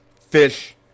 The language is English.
Fish